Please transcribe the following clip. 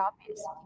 obvious